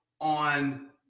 on